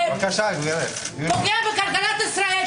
פוגע בכלכלת ישראל,